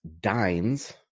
Dines